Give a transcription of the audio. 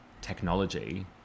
technology